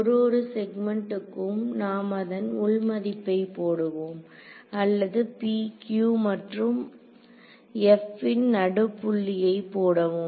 ஒரு ஒரு செக்மெண்ட்க்கும் நாம் அதன் உள் மதிப்பை போடுவோம் அல்லது pq மற்றும் f ன் நடு புள்ளியை போடவும்